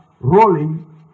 rolling